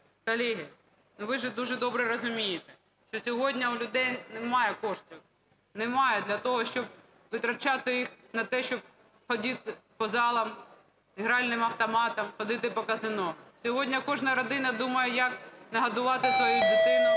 Колеги, ну, ви ж добре розумієте, що сьогодні у людей немає коштів, немає для того, щоб витрачати на те, щоб ходити по залам і гральним автоматам, ходити по казино. Сьогодні кожна родина думає, як нагодувати свою дитину,